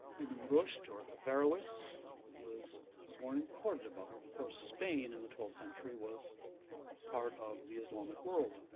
ibn rushd or averroes was ah born in cordoba, of course spain in the twelfth century was part of the islamic world.